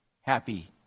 happy